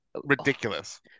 ridiculous